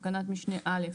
בתקנת משנה (א),